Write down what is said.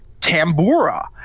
tambura